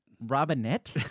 Robinette